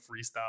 freestyle